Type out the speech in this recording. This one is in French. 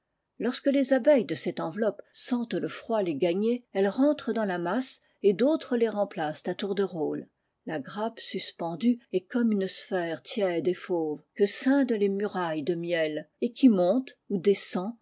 lorsque les abeilles de cette enveloppe sentent le froid les gagner elles rentrent dans la masse et d'autres les remplacent à tour de rôle la grappe suspendue est comme une sphère tiède et fauve que scindent les murailles de miel et qui monte ou descend